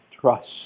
trust